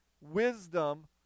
wisdom